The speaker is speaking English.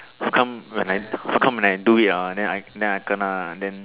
how come when I how come when I do it ah then I then I gonna then